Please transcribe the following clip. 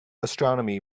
astronomy